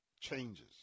changes